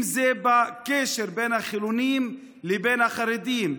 אם זה בקשר בין החילונים לבין החרדים,